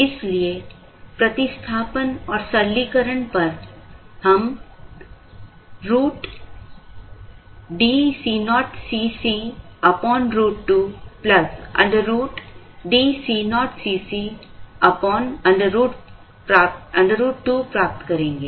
इसलिए प्रतिस्थापन और सरलीकरण पर हम √DCoCc √2 √DCoCc √2 प्राप्त करेंगे